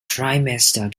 trimester